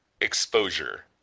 exposure